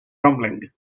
rumbling